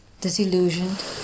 disillusioned